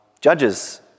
judges